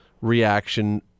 reaction